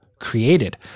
created